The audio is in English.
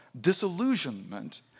disillusionment